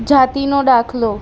જાતિનો દાખલો